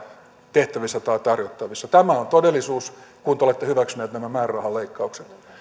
tehtävissä tai tarjottavissa tämä on todellisuus kun te olette hyväksyneet nämä määrärahaleikkaukset